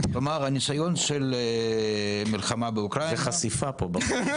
כלומר הניסיון של מלחמה באוקראינה --- זו חשיפה פה.